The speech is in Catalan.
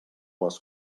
les